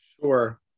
Sure